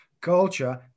culture